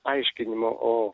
aiškinimo o